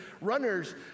runners